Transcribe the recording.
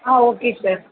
ah okay sir